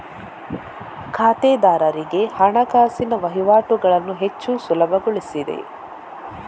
ಖಾತೆದಾರರಿಗೆ ಹಣಕಾಸಿನ ವಹಿವಾಟುಗಳನ್ನು ಹೆಚ್ಚು ಸುಲಭಗೊಳಿಸಿದೆ